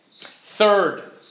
Third